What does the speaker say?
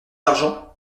l’argent